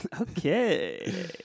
Okay